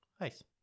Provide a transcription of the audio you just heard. Nice